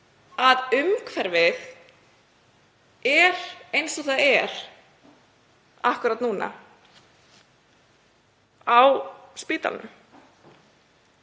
umhverfið er eins og það er akkúrat núna á spítalanum?